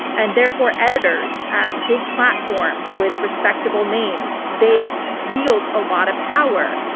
and therefore editors at big platforms with respectable names, they wield a lot of power.